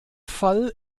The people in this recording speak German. fall